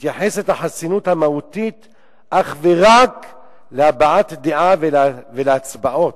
החסינות המהותית מתייחסת אך ורק להבעת דעה ולהצבעות.